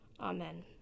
Amen